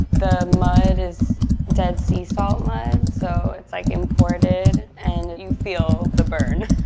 the mud is dead sea salt mud. so it's, like, imported, and you feel the burn.